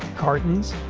cartons,